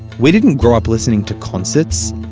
we didn't grow up listening to concerts.